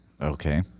Okay